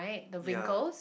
yeah